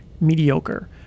mediocre